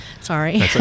sorry